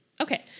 Okay